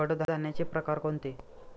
कडधान्याचे प्रकार कोणते?